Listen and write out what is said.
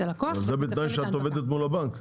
את הלקוח